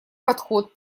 подход